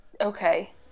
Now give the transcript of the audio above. Okay